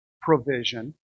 provision